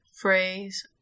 phrase